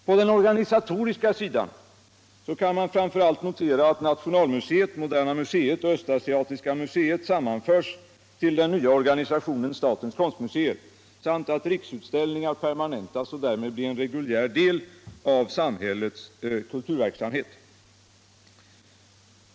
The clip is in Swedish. På den organisatoriska sidan kan man framför allt notera att nationalmuseum, moderna museet och östasiatiska museet sammanförs till den nya organisationen statens konstmuseer och att Riksutställningar permanentas och därmed blir en reguljär del av samhällets kulturverksamhet.